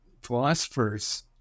philosophers